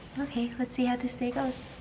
okay. let's see how this day goes!